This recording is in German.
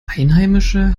einheimische